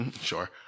Sure